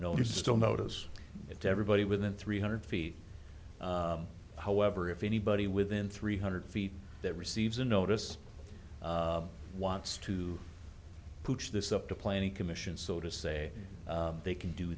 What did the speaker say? older still notice it to everybody within three hundred feet however if anybody within three hundred feet that receives a notice wants to push this up the planning commission so to say they can do